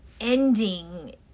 ending